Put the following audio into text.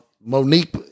Monique